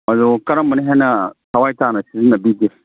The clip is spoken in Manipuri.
ꯑꯗꯣ ꯀꯔꯝꯕꯅ ꯍꯦꯟꯅ ꯊꯋꯥꯏꯇꯥꯅ ꯁꯤꯖꯤꯟꯅꯕꯤꯒꯦ